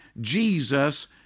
Jesus